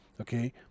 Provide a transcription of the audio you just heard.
okay